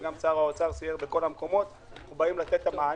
וגם שר האוצר סייר בכל המקומות אנחנו באים לתת את המענה.